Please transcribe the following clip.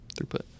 throughput